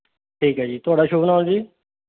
ਠੀਕ ਹੈ ਜੀ ਤੁਹਾਡਾ ਸ਼ੁਭ ਨਾਮ ਜੀ